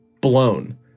blown